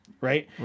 Right